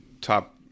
top